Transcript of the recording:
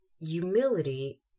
humility